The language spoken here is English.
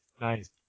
Nice